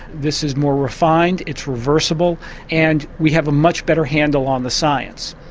this is more refined, it's reversible and we have a much better handle on the science.